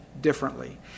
differently